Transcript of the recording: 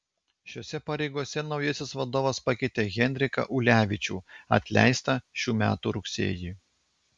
šiose pareigose naujasis vadovas pakeitė henriką ulevičių atleistą šių metų rugsėjį